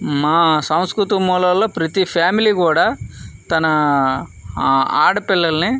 మా సంస్కృత మూలాల్లో ప్రతి ఫ్యామిలీ కూడా తన ఆ ఆడపిల్లల్ని